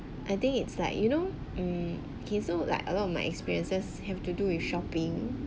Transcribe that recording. I think it's like you know mm okay so like a lot of my experiences have to do with shopping